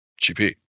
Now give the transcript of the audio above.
GP